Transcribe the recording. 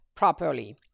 properly